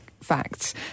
facts